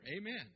Amen